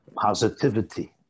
positivity